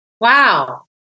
Wow